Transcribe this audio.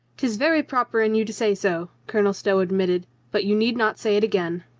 tis very proper in you to say so, colonel stow admitted. but you need not say it again.